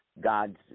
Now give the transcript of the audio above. God's